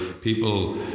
people